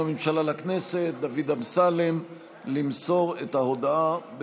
הממשלה לכנסת דוד אמסלם למסור את ההודעה.